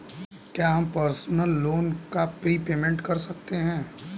क्या हम personal loan का प्रीपेमेंट कर सकते हैं?